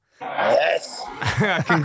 Yes